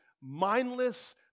mindless